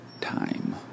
time